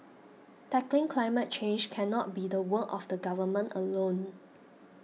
tackling climate change cannot be the work of the Government alone